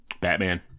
Batman